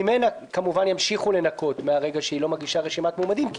ממנה כמובן ימשיכו לנכות מהרגע שהיא לא מגישה רשימת מועמדים,